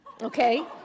okay